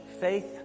faith